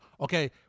okay